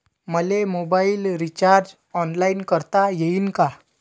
मले mobile recharge online करता येईन का?